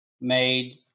made